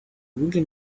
really